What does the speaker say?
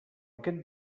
aquest